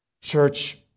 church